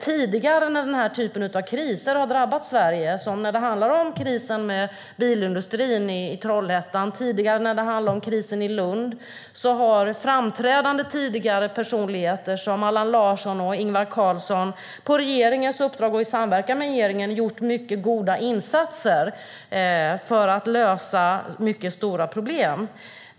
Tidigare när denna typ av kriser drabbat Sverige som kriserna inom bilindustrin i Trollhättan och i Lund har tidigare framträdande personer som Allan Larsson och Ingvar Carlsson på regeringens uppdrag och i samverkan med regeringen gjort mycket goda insatser för att lösa väldigt stora problem.